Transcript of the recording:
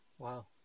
Wow